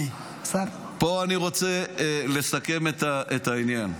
את העניין,